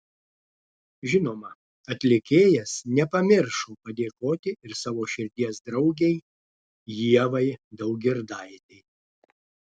žinoma atlikėjas nepamiršo padėkoti ir savo širdies draugei ievai daugirdaitei